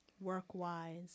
work-wise